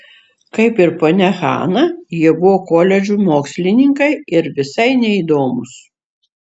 kaip ir ponia hana jie buvo koledžų mokslininkai ir visai neįdomūs